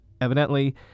evidently